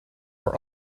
are